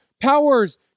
Powers